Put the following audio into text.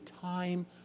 time